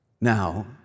Now